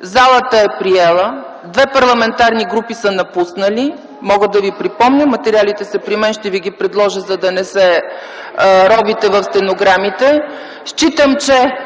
залата е приела, две парламентарни групи са напуснали. Мога да Ви припомня, материалите са при мен. Ще Ви ги предложа, за да не се ровите в стенограмите. Считам, че